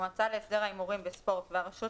המועצה להסדר ההימורים בספורט והרשות